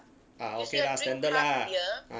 ah okay lah standard lah